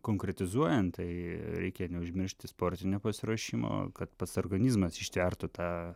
konkretizuojant tai reikia neužmiršti sportinio pasiruošimo kad pats organizmas ištvertų tą